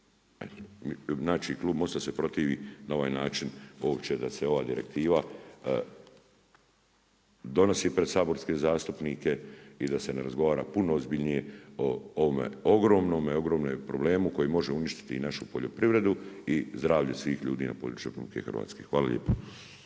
znači klub MOST-a se protivi na ovaj način uopće da se ova direktiva donosi pred saborske zastupnike i da se ne razgovara puno ozbiljnije o ovome ogromnome, ogromnome problemu koji može uništiti i našu poljoprivredu i zdravlje svih ljudi na području RH. Hvala lijepo.